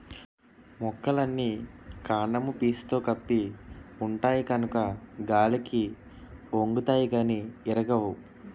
మొక్కలన్నీ కాండము పీసుతో కప్పి ఉంటాయి కనుక గాలికి ఒంగుతాయి గానీ ఇరగవు